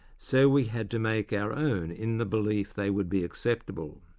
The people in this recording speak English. so we had to make our own in the belief they would be acceptable.